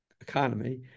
economy